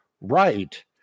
right